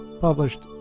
published